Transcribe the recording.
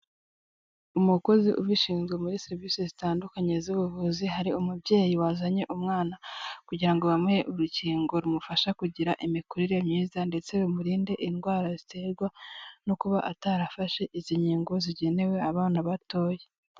Umukozi ubishinzwe muri serivisi zitandukanye z'ubuvuzi hari umubyeyi wazanye umwana, kugira ngo bamuhe urukingo rumufashe kugira imikurire myiza, ndetse rumurinde indwara ziterwa no kuba atarafashe izi nkingo zigenewe abana batoya.